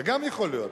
גם זה יכול להיות.